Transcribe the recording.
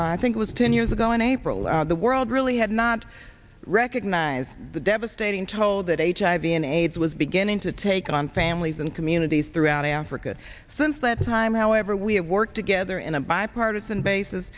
i think it was ten years ago in april the world really had not recognized the devastating toll that hiv and aids was beginning to take on families and communities throughout africa since that time however we have worked together in a bipartisan basis